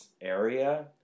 area